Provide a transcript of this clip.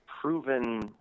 proven